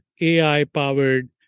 AI-powered